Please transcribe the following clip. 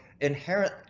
inherent